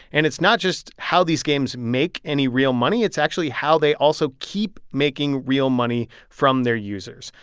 and it's not just how these games make any real money. it's actually how they also keep making real money from their users.